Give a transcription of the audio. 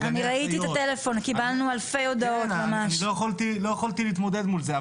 אני לא יכולתי להתמודד מול זה.